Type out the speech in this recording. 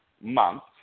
month